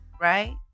right